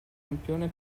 campione